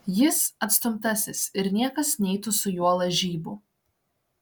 jis atstumtasis ir niekas neitų su juo lažybų